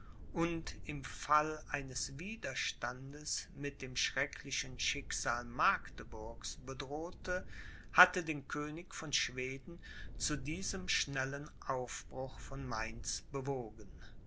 und im fall eines widerstandes mit dem schrecklichen schicksal magdeburgs bedrohte hatte den könig von schweden zu diesem schnellen aufbruch von mainz bewogen